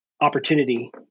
opportunity